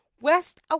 west